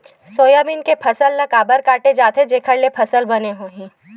Soybean के फसल ल काबर काटे जाथे जेखर ले फसल बने होही?